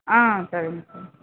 ஆ சரிங்க சார்